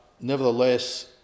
nevertheless